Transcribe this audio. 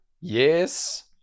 yes